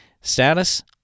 status